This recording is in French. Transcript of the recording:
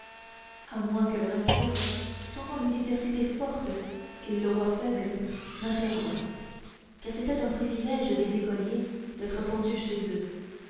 à moins que le recteur sentant l'université forte et le roi faible n'intervînt car c'était un privilège des écoliers d'être pendus chez eux